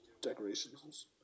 decorations